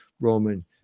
Roman